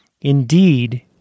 Indeed